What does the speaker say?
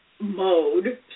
mode